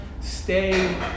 stay